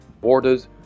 borders